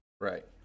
Right